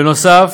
בנוסף,